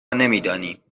نمیدانیم